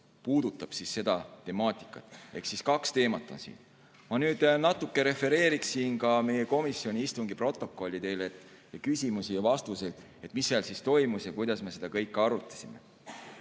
puudutab seda temaatikat. Ehk siis kaks teemat on siin. Ma nüüd natuke refereeriksin ka meie komisjoni istungi protokolli: küsimusi ja vastuseid, mis seal kõlasid ja kuidas me seda kõike arutasime.